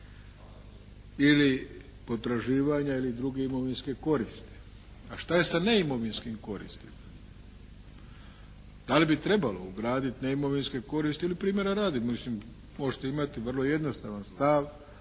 ili potraživanja ili druge imovinske koristi. A šta je sa neimovinskim koristima? Da li bi trebalo ugraditi neimovinske koristi ili primjera radi, mislim možete imati vrlo jednostavan stav